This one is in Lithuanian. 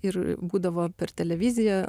ir būdavo per televiziją